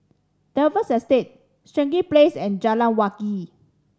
Dalvey Estate Stangee Place and Jalan Wangi